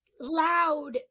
loud